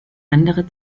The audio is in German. andere